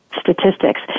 statistics